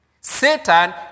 Satan